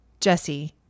Jesse